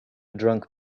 drunk